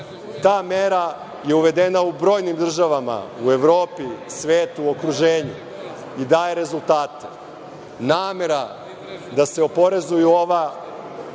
Ta mera je uvedena u brojnim državama u Evropi, svetu, okruženju i daje rezultate. Namera da se oporezuju ova